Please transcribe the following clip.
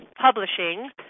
Publishing